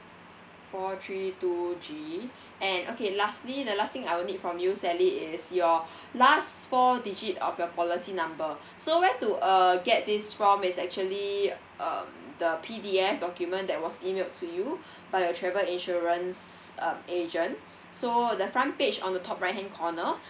four three two G and okay lastly the last thing I will need from you sally is your last four digit of your policy number so where to err get this from is actually um the P_D_F document that was emailed to you by your travel insurance um agent so the front page on the top right hand corner